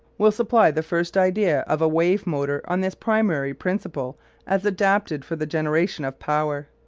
will supply the first idea of a wave-motor on this primary principle as adapted for the generation of power.